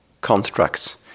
constructs